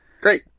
Great